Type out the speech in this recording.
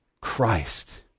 Christ